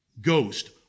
ghost